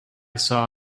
saw